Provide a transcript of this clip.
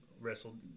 wrestled